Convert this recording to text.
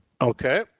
Okay